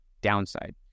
downside